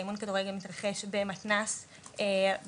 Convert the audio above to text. אימון כדורגל מתרחש במתנ"ס בבת-ים,